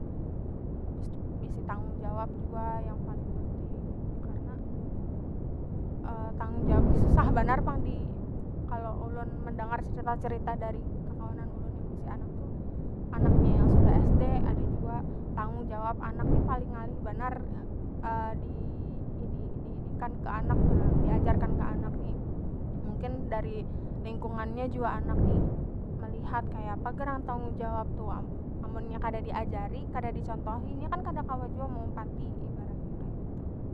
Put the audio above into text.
Habis tu bisi tanggung jawab jua yang paling penting karna tanggung jawab ni susah banar pang di kalo ulun mendangar cerita- cerita dari kekawanan ulun yang bisi anak tu anaknya yang sudah sd ada jua tanggung jawab anak ni paling ngalih banar diinikan ke anak diajarkan ke anak ni mungkin dari lingkungan nya jua anak ni melihat kaya apa gerang tanggung jawab tu amun nya kada diajari kada dicontohi nya kan kawa jua meumpati ibaratnya kaitu.